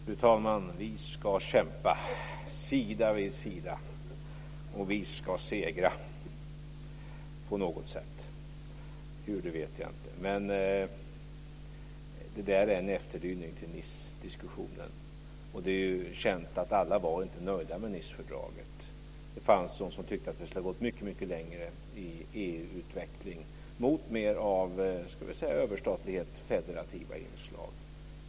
Fru talman! Vi ska kämpa sida vid sida, och vi ska segra på något sätt. Hur vet jag inte. Det där är en efterdyning till Nicediskussionen. Det är känt att alla inte var nöjda med Nicefördraget. Det fanns de som tyckte att vi skulle ha gått mycket längre i EU-utveckling mot mer av överstatlighet, federativa inslag.